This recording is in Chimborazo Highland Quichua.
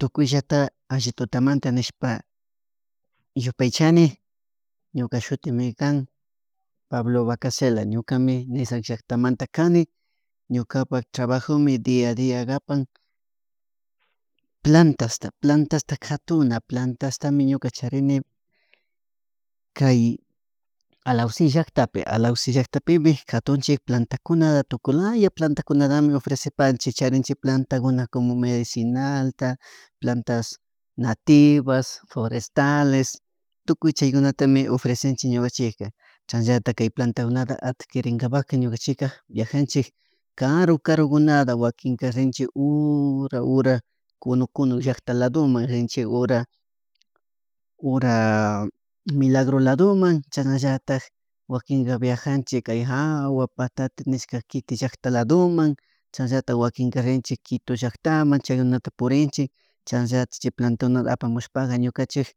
Tukuyllata alli tutamanta nishpa yupaychani ñuca shutimi can Pablo Vacacela, ñukami Nizag llaktamanta kani ñukapac trabajomi dia a dia kapan plantasta plantasta katuna plantastami ñuka charini, kay Alausi llaktapi Alausi llaktapimi katuchik plantakunata tukuylaya platankuinatami ofrecepasnchik charinchikmi platancuna como medicinalta plantas nativas, forestales tukuy cahykynatami ofrecenchik ñukanchik, chashanallatik kay platankunata adquirinkapaka ñukanchik viajanchik caru caukunata wakin ura ura cunuk cunu llakta ladomun rinchik ura ura Milagro lado chashnallatak wakinka viajanchik kay jawa Patatenishka kiti llaktaladuman chasnallatak wakinta rinchik Quitu llaktaman chaykunatra purinchik chashnallata chay plantakunat apamushpaka ñukanchik